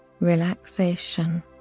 relaxation